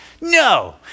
No